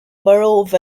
borough